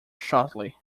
shortly